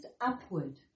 upward